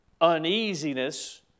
uneasiness